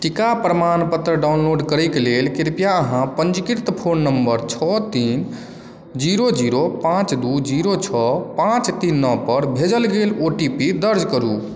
टीका प्रमाणपत्र डाउनलोड करैक लेल कृपया अहाँ पञ्जीकृत फोन नंबर छओ तीन जीरो जीरो पाँच दू जीरो छओ पाँच तीन नओपर भेजल गेल ओ टी पी दर्ज करू